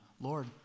Lord